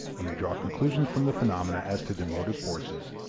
when we draw conclusions from the phenomena as to their motive forces,